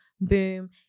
boom